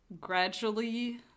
gradually